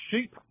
sheep